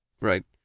right